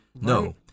No